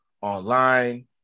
online